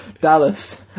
Dallas